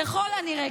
ככל הנראה,